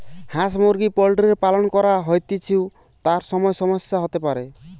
হাঁস মুরগি পোল্ট্রির পালন করা হৈতেছু, তার সময় সমস্যা হতে পারে